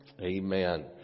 amen